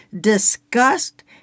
disgust